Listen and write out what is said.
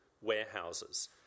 warehouses